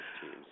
teams